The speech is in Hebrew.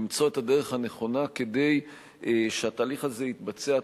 למצוא את הדרך הנכונה כדי שהתהליך הזה יתבצע עד